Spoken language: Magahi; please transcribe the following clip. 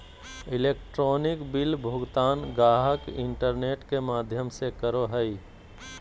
इलेक्ट्रॉनिक बिल भुगतान गाहक इंटरनेट में माध्यम से करो हइ